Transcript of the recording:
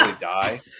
die